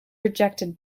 rejected